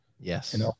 Yes